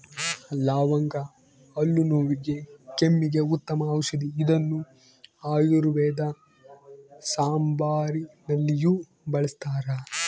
ಲವಂಗ ಹಲ್ಲು ನೋವಿಗೆ ಕೆಮ್ಮಿಗೆ ಉತ್ತಮ ಔಷದಿ ಇದನ್ನು ಆಯುರ್ವೇದ ಸಾಂಬಾರುನಲ್ಲಿಯೂ ಬಳಸ್ತಾರ